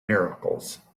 miracles